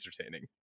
entertaining